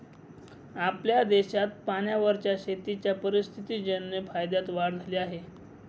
आपल्या देशात पाण्यावरच्या शेतीच्या परिस्थितीजन्य फायद्यात वाढ झाली आहे